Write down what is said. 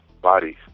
bodies